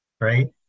right